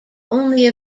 only